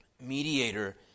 mediator